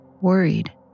Worried